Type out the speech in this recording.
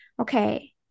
okay